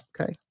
okay